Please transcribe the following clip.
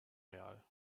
real